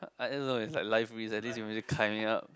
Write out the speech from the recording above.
I don't know no is like life reason I can't imagine climbing out